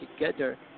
together